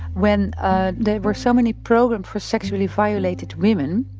when ah there were so many programs for sexually violated women,